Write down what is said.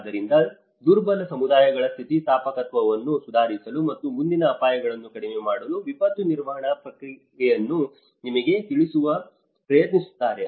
ಆದ್ದರಿಂದ ದುರ್ಬಲ ಸಮುದಾಯಗಳ ಸ್ಥಿತಿಸ್ಥಾಪಕತ್ವವನ್ನು ಸುಧಾರಿಸಲು ಮತ್ತು ಮುಂದಿನ ಅಪಾಯಗಳನ್ನು ಕಡಿಮೆ ಮಾಡಲು ವಿಪತ್ತು ನಿರ್ವಹಣಾ ಪ್ರಕ್ರಿಯೆಯನ್ನು ನಿಮಗೆ ತಿಳಿಸಲು ಪ್ರಯತ್ನಿಸುತ್ತಾರೆ